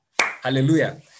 hallelujah